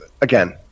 again